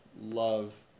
love